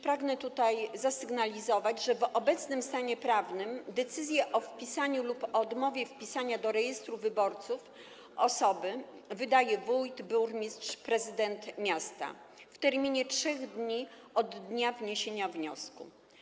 Pragnę zasygnalizować, że w obecnym stanie prawnym decyzję o wpisaniu lub o odmowie wpisania osoby do rejestru wyborców wydaje wójt, burmistrz, prezydent miasta w terminie 3 dni od dnia wniesienia wniosku.